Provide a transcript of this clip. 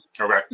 Okay